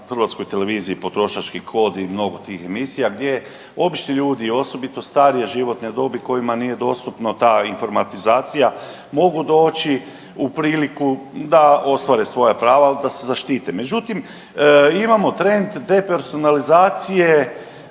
Hrvatskoj televiziji Potrošački kod i mnogo tih emisija gdje obični ljudi osobito starije životne dobi kojima nije dostupno ta informatizacija mogu doći u priliku da ostvare svoja prava, ali da se zaštite. Međutim imamo trend depersonalizacije